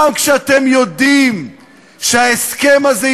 גם כשאתם יודעים שההסכם הזה,